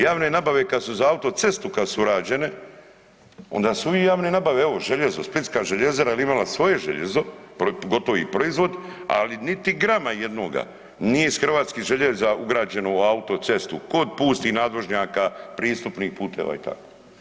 Javne nabave kad su za autocestu kad su rađene onda su uvijek javne nabave evo željezo, splitska željezara je imala svoje željezo gotovi proizvod, ali niti grama jednoga nije iz hrvatskih željeza ugrađeno u autocestu kod pustih nadvožnjaka, pristupnih puteva i tako.